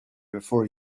before